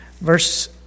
verse